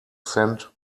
cent